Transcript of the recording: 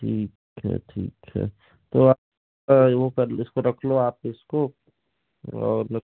ठीक है ठीक है तो आप वो कर इसको रख लो आप इसको और